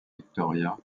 victoria